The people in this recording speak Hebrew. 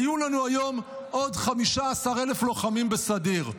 היו לנו היום עוד 15,000 לוחמים בסדיר.